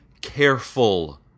careful